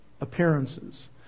appearances